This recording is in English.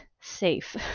safe